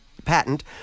patent